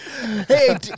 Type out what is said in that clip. Hey